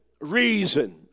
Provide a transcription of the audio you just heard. reason